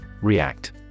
React